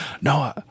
No